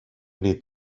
need